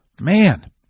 man